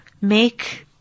make